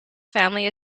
family